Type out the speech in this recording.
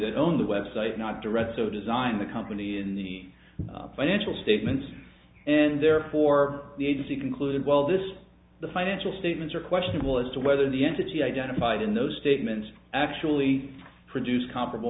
that owned the website not to read so design the company in the financial statements and therefore the agency concluded well this the financial statements are questionable as to whether the entity identified in those statements actually produce comparable